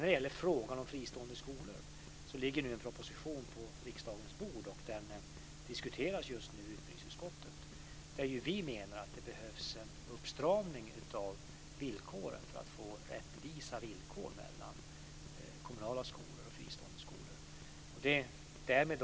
När det gäller frågan om fristående skolor ligger det nu en proposition på riksdagens bord, och den diskuteras just nu i utbildningsutskottet. Vi menar att det behövs en uppstramning av villkoren för att få rättvisa villkor mellan kommunala skolor och fristående skolor.